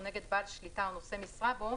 או נגד בעל שליטה או נושא משרה בו,